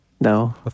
No